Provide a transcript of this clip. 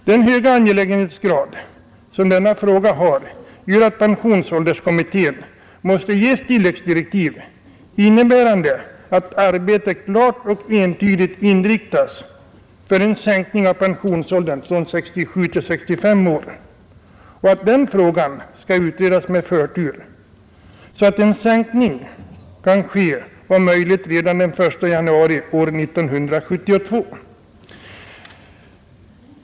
Den höga angelägenhetsgrad som denna fråga har gör att pensionsålderskommittén måste ges tilläggsdirektiv innebärande att arbetet klart och entydigt inriktas på en sänkning av pensionsåldern från 67 till 65 år och att den frågan skall utredas med förtur, så att en sänkning kan ske om möjligt redan 1 januari 1972.